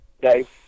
Dave